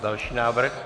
Další návrh.